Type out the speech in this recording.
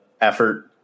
effort